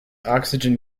oxygen